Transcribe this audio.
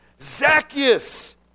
Zacchaeus